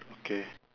okay